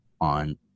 on